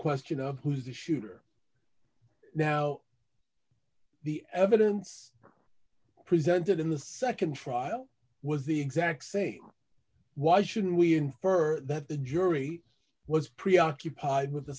question of who's the shooter now the evidence presented in the nd trial was the exact same why shouldn't we infer that the jury was preoccupied with the